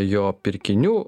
jo pirkinių